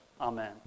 Amen